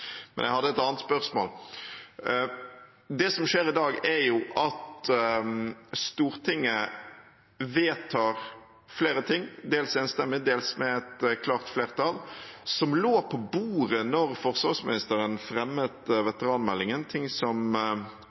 Men jeg hadde et annet spørsmål: Det som skjer i dag, er at Stortinget vedtar flere ting – dels enstemmig, dels med et klart flertall – som lå på bordet da forsvarsministeren fremmet veteranmeldingen, ting som kom opprinnelig som forslag fra en arbeidsgruppe, men som